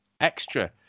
extra